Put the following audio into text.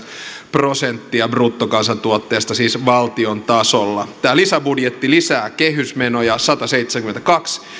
prosenttia bruttokansantuotteesta siis valtion tasolla tämä lisäbudjetti lisää kehysmenoja sataseitsemänkymmentäkaksi